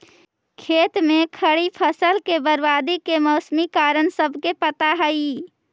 खेत में खड़ी फसल के बर्बादी के मौसमी कारण सबके पता हइ